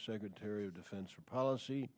secretary of defense for policy